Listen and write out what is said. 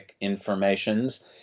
informations